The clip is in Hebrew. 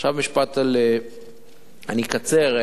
עכשיו משפט, אני אקצר,